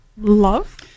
love